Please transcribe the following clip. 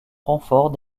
renfort